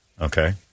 Okay